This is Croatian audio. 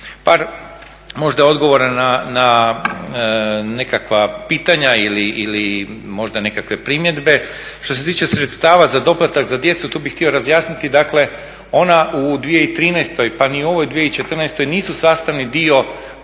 Par možda odgovora na nekakva pitanja ili možda nekakve primjedbe. Što se tiče sredstava za doplatak za djecu tu bih htio razjasniti, dakle ona u 2013. pa ni u ovoj 2014. nisu sastavni dio